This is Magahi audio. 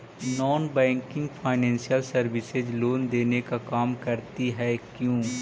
Non banking financial services loan देने का काम करती है क्यू?